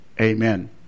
Amen